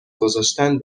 گذاشتن